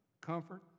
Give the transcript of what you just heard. comfort